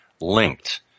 linked